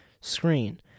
screen